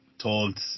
told